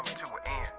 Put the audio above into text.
to